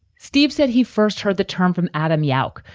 steve said he first heard the term from adam yauch,